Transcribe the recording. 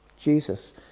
Jesus